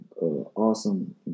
awesome